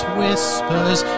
whispers